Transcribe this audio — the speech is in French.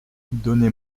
donnez